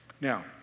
Now